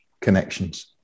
connections